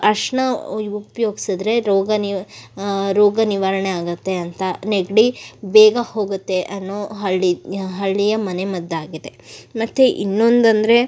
ಅರ್ಶಿನ ಉಪಯೋಗ್ಸಿದ್ರೆ ರೋಗ ನಿವ ರೋಗ ನಿವಾರಣೆ ಆಗುತ್ತೆ ಅಂತ ನೆಗಡಿ ಬೇಗ ಹೋಗುತ್ತೆ ಅನ್ನೋ ಹಳ್ಳಿ ಹಳ್ಳಿಯ ಮನೆ ಮದ್ದಾಗಿದೆ ಮತ್ತು ಇನ್ನೊಂದು ಅಂದರೆ